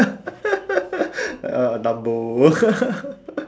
uh dumbo